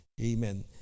Amen